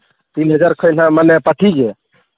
ᱛᱤᱱ ᱦᱟᱡᱟᱨ ᱠᱷᱚᱱ ᱦᱟᱸᱜ ᱢᱟᱱᱮ ᱯᱟᱹᱴᱷᱤ ᱜᱮ